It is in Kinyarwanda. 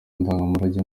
ndangamurage